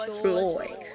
Floyd